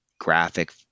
graphic